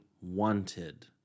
wanted